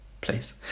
Please